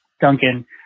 Duncan